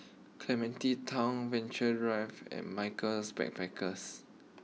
Clementi Town Venture Drive and Michaels Backpackers